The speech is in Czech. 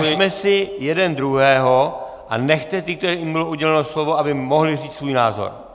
Važme si jeden druhého a nechme ty, kterým bylo uděleno slovo, aby mohli říct svůj názor.